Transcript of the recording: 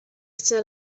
set